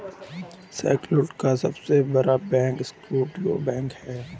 Scotland का सबसे बड़ा बैंक स्कॉटिया बैंक है